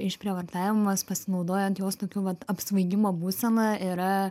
išprievartavimas pasinaudojant jos tokiu vat apsvaigimo būsena yra